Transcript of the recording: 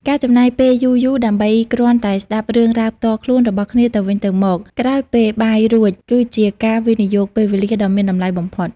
ការចំណាយពេលយូរៗដើម្បីគ្រាន់តែស្ដាប់រឿងរ៉ាវផ្ទាល់ខ្លួនរបស់គ្នាទៅវិញទៅមកក្រោយពេលបាយរួច គឺជាការវិនិយោគពេលវេលាដ៏មានតម្លៃបំផុត។